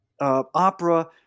opera